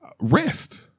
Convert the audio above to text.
rest